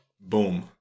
Boom